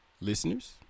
listeners